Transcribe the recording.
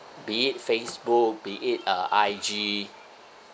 be it Facebook be it uh I_G